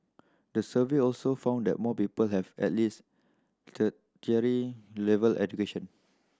the survey also found that more people have at least level education